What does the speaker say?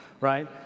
right